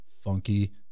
funky